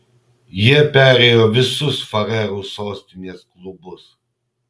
jie perėjo visus farerų sostinės klubus